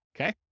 okay